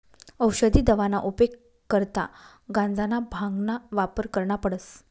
औसदी दवाना उपेग करता गांजाना, भांगना वापर करना पडस